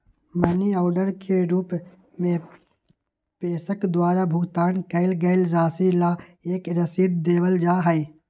money order के रूप में प्रेषक द्वारा भुगतान कइल गईल राशि ला एक रसीद देवल जा हई